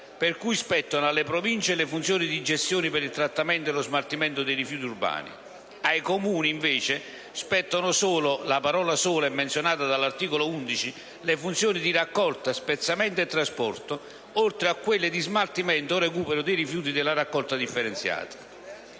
per cui spettano alle Province le funzioni di gestione per il trattamento e lo smaltimento dei rifiuti urbani. Ai Comuni, invece, spettano solo (la parola "solo" è menzionata dall'articolo 11) le funzioni di raccolta, spezzamento e trasporto, oltre a quelle di smaltimento o recupero dei rifiuti della raccolta differenziata.